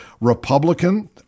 Republican